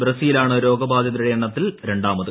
ബ്രസീലാണ് രോഗബാധിതരുടെ എണ്ണത്തിൽ രണ്ടാമത്